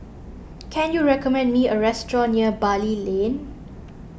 can you recommend me a restaurant near Bali Lane